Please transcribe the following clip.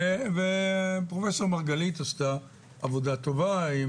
פרופסור מרגלית עשתה עבודה טובה.